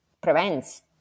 prevents